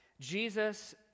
Jesus